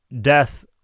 death